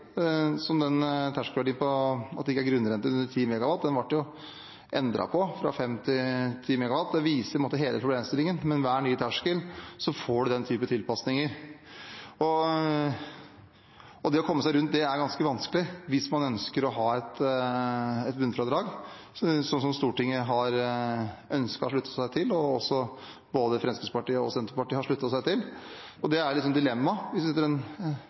at det ikke er grunnrenteskatt under 10 MW, ble det endret, fra 5 til 10 MW. Det viser på en måte hele problemstillingen – med enhver ny terskel får man den typen tilpasninger. Det å komme seg rundt det er ganske vanskelig hvis man ønsker å ha et bunnfradrag, som Stortinget har ønsket og sluttet seg til, og som både Fremskrittspartiet og Senterpartiet også har sluttet seg til. Det er dilemmaet: Hvis